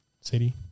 City